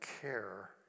care